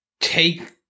take